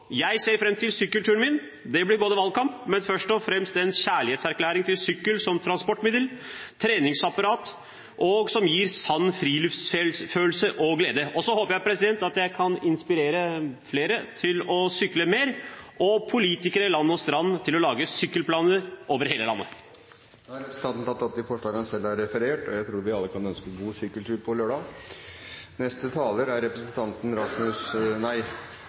Jeg ser fram til sykkelturen min. Det blir valgkamp, men først og fremst en kjærlighetserklæring til sykkelen som transportmiddel, treningsapparat, og noe som gir sann friluftsfølelse og glede. Så håper jeg at jeg kan inspirere flere til å sykle mer, og politikere land og strand rundt til å lage sykkelplaner over hele landet. Representanten Abid Q. Raja har tatt opp de forslagene han refererte til, og jeg tror vi alle kan ønske god sykkeltur på lørdag. Neste taler er